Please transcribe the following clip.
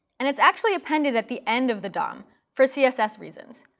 and it's actually appended at the end of the dom for css reasons.